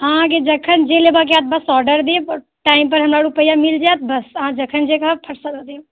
अहाँके जखन जे लेबऽ के होयत बस ऑर्डर देब टाइम पर हमरा रूपैआ मिल जायत बस अहाँ जखन जे कहब फट सँ दऽ देब